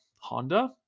Honda